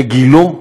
לגילה?